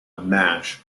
match